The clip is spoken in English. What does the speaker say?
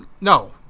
no